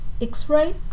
X-Ray